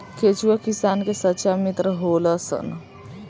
केचुआ किसान के सच्चा मित्र होलऽ सन